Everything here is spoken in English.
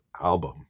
album